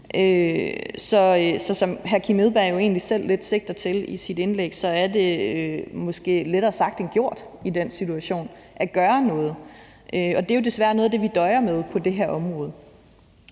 Så som hr. Kim Edberg Andersen jo egentlig selv lidt sigter til i sit indlæg, er det måske lettere sagt end gjort i den situation at gøre noget, og det er jo desværre noget af det, vi døjer med på det her område.